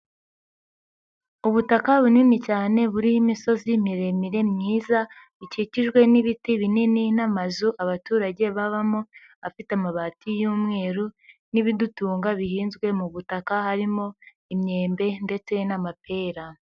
Ubutaka bunini cyane buriho imisozi miremire myiza ikikijwe n'ibiti binini n'amazu abaturage babamo afite amabati y'umweru n'ibidutunga bihinzwe mu butaka harimo imyembe ndetse n'amapera.